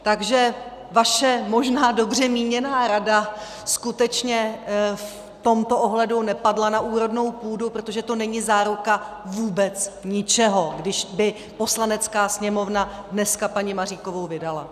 Takže vaše možná dobře míněná rada skutečně v tomto ohledu nepadla na úrodnou půdu, protože to není záruka vůbec ničeho, kdyby Poslanecká sněmovna dneska paní Maříkovou vydala.